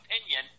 opinion